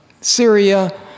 Syria